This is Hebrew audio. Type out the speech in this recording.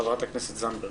חברת הכנסת זנדברג.